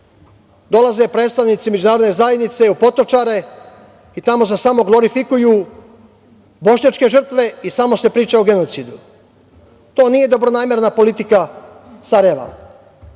dolaze predstavnici Međunarodne zajednice u Potočare i tamo se samo glorifikuju bošnjačke žrtve i samo se priča o genocidu. To nije dobronamerna politika Sarajeva.